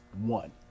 one